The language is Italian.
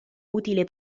utile